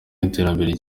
y’iterambere